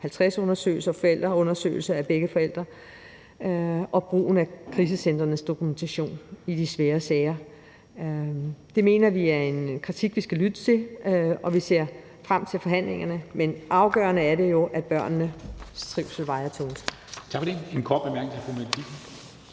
50-undersøgelser og forældreundersøgelser af begge forældre og brugen af krisecentrenes dokumentation i de svære sager. Det mener vi er en kritik, vi skal lytte til, og vi ser frem til forhandlingerne, men afgørende er det jo, at børnenes trivsel vejer tungest.